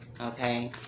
okay